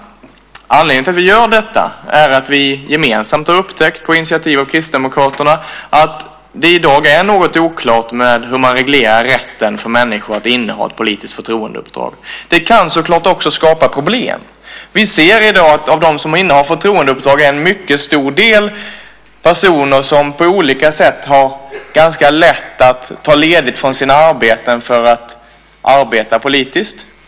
Anledningen till att vi gör detta är att vi gemensamt har upptäckt, på initiativ av Kristdemokraterna, att det i dag är något oklart hur man reglerar rätten för människor att inneha ett politiskt förtroendeuppdrag. Det kan så klart skapa problem. Vi ser i dag att av dem som innehar förtroendeuppdrag är en mycket stor del personer som har ganska lätt att ta ledigt från sina arbeten för att arbeta politiskt.